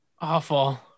Awful